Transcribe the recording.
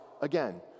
again